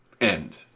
end